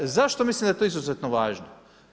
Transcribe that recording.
Zašto mislim da je to izuzetno važno?